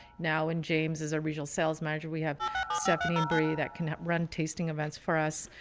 now in james is a regional sales manager, we have stephanie and bree that can run tasting events for us.